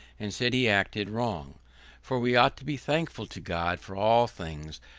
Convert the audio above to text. and said he acted wrong for we ought to be thankful to god for all things,